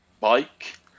bike